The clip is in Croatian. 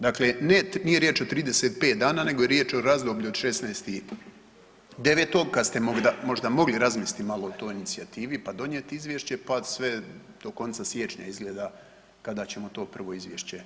Dakle, nije riječ o 35 dana nego je riječ o razdoblju od 16.9. kad ste možda mogli razmisliti malo o toj inicijativi pa donijeti izvješće, pa sve do konca siječnja izgleda kada ćemo to prvo izvješće čuti.